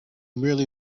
merely